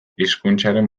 hizkuntzaren